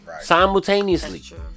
simultaneously